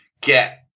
get